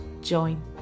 join